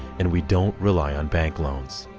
and we don't rely on bank loans.